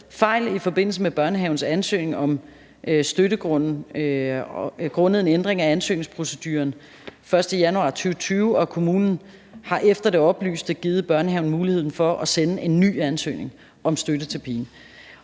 fejl i forbindelse med børnehavens ansøgning om støtte grundet en ændring af ansøgningsproceduren den 1. januar 2020, og at kommunen efter det oplyste har givet børnehaven muligheden for at sende en ny ansøgning om støtte til pigen.